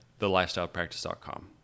thelifestylepractice.com